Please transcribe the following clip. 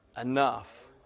enough